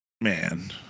man